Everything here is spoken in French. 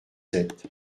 sept